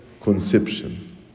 conception